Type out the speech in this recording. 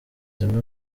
zimwe